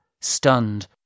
stunned